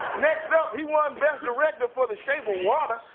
next up, he won best director for the shape of water.